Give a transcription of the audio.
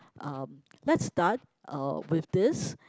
um let's start uh with this